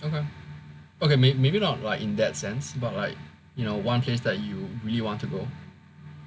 okay okay maybe maybe not like in that sense but like you know one place that you really want to go